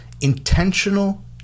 intentional